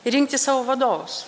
rinkti savo vadovus